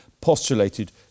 postulated